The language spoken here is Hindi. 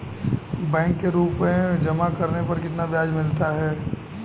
बैंक में रुपये जमा करने पर कितना ब्याज मिलता है?